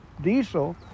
diesel